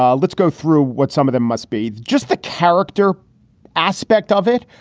um let's go through what some of them must be. just the character aspect of it.